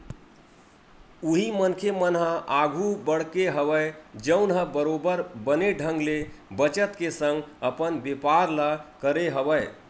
उही मनखे मन ह आघु बड़हे हवय जउन ह बरोबर बने ढंग ले बचत के संग अपन बेपार ल करे हवय